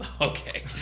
Okay